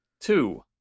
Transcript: two